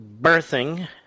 birthing